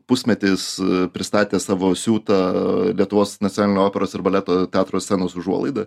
pusmetį jis pristatė savo siūtą lietuvos nacionalinio operos ir baleto teatro scenos užuolaidą